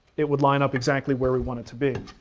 it would line up exactly where we want it to be.